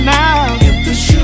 now